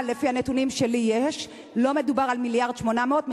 אבל לפי הנתונים שיש לי לא מדובר על 1.8 מיליארדים,